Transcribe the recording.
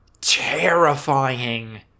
terrifying